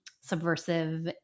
subversive